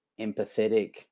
empathetic